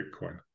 Bitcoin